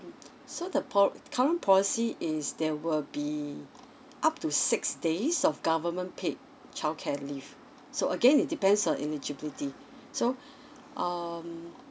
so the po~ current policy is there will be up to six days of government paid childcare leave so again it depends on eligibility so um